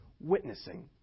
witnessing